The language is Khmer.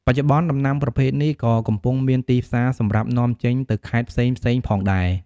បច្ចុប្បនុ្នដំណាំប្រភេទនេះ ក៏កំពុងមានទីផ្សារសម្រាប់នាំចេញទៅខេត្តផ្សេងៗផងដែរ ។